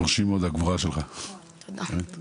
מרשימה מאוד הגבורה שלך, באמת.